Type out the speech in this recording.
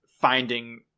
finding